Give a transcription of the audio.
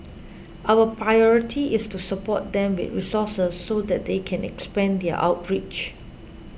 our priority is to support them with resources so that they can expand their outreach